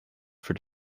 for